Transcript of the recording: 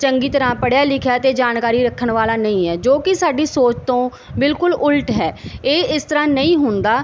ਚੰਗੀ ਤਰ੍ਹਾਂ ਪੜ੍ਹਿਆ ਲਿਖਿਆ ਅਤੇ ਜਾਣਕਾਰੀ ਰੱਖਣ ਵਾਲਾ ਨਹੀਂ ਹੈ ਜੋ ਕਿ ਸਾਡੀ ਸੋਚ ਤੋਂ ਬਿਲਕੁਲ ਉਲਟ ਹੈ ਇਹ ਇਸ ਤਰ੍ਹਾਂ ਨਹੀਂ ਹੁੰਦਾ